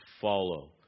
follow